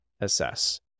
assess